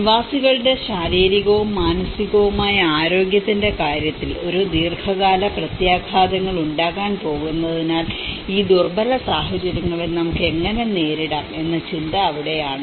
നിവാസികളുടെ ശാരീരികവും മാനസികവുമായ ആരോഗ്യത്തിന്റെ കാര്യത്തിൽ ഒരു ദീർഘകാല പ്രത്യാഘാതങ്ങൾ ഉണ്ടാക്കാൻ പോകുന്നതിനാൽ ഈ ദുർബലമായ സാഹചര്യങ്ങളെ നമുക്ക് എങ്ങനെ നേരിടാം എന്ന ചിന്ത അവിടെയാണ്